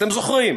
אתם זוכרים?